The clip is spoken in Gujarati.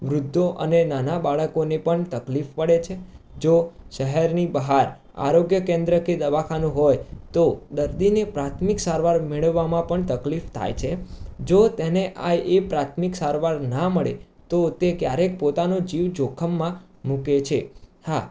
વૃદ્ધો અને નાના બાળકોને પણ તકલીફ પડે છે જો શહેરની બહાર આરોગ્ય કેન્દ્ર કે દવાખાનું હોય તો દર્દીને પ્રાથમિક સારવાર મેળવવામાં પણ તકલીફ થાય છે જો તેને આ એ પ્રાથમિક સારવાર ન મળે તો તે ક્યારેક પોતાનો જીવ જોખમમાં મૂકે છે હા